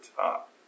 top